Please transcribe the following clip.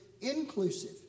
inclusive